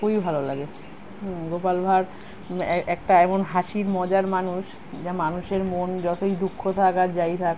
খুবই ভালো লাগে গোপাল ভাঁড় একটা এমন হাসির মজার মানুষ যে মানুষের মন যতই দুঃখ থাক আর যাই থাক